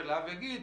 ואני מפסיד,